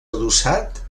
adossat